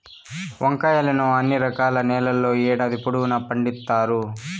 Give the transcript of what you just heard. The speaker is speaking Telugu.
వంకాయలను అన్ని రకాల నేలల్లో ఏడాది పొడవునా పండిత్తారు